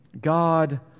God